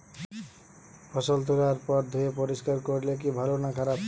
ফসল তোলার পর ধুয়ে পরিষ্কার করলে কি ভালো না খারাপ?